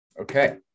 Okay